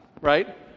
right